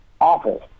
awful